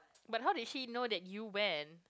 but how did she know that you went